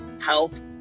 Health